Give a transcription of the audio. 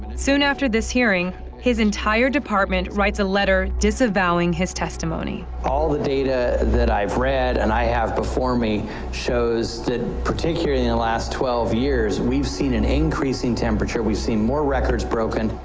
soon after this hearing, his entire department writes a letter disavowing his testimony. all the data that i've read and i have before me shows that, particularly in the last twelve years, we've seen an increase in temperature, we've seen more records broken.